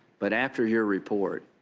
but after your report,